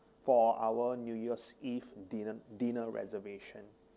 for our new year's eve dinner dinner reservation